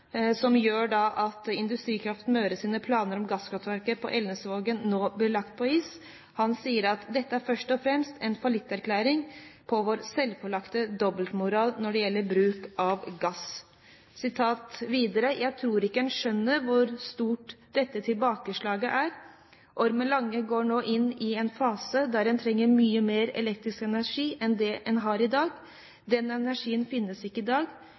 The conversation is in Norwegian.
gjør at Industrikraft Møres planer om gasskraftverk i Elnesvågen nå blir lagt på is. Han sier: «Dette er først og fremst en fallitterklæring på vår selvpålagte dobbeltmoral når det gjelder bruk av gass.» Videre: «Jeg tror ikke en skjønner hvor stort dette tilbakeslaget er. Ormen Lange går nå inn i en fase der en trenger mye mer elektrisk energi enn det en har i dag. Den energien finnes ikke i dag.